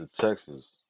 texas